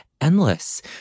endless